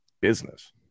business